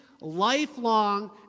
lifelong